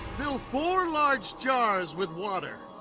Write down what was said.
fill four large jars with water,